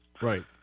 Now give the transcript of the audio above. right